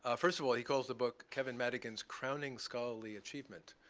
ah first of all, he calls the book kevin madigan's crowning scholarly achievement.